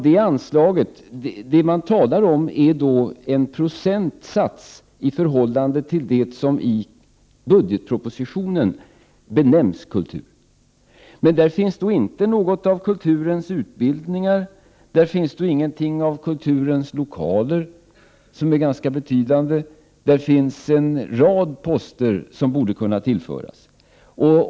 Det man då talar om är en procentsats i förhållande till det som i budgetpropositionen benämns kultur, men där finns inte något av kulturens utbildningar eller kulturens lokaler, som är ganska betydande och där en rad poster borde kunna tillföras.